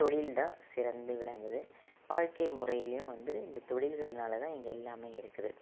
தொழில்தான் சிறந்து விளங்குது வாழ்க்கை முறைலேயும் வந்து இந்த தொழில்கள்னால்தான் இங்கே எல்லாமே இருக்குது